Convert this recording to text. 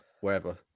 wherever